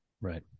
Right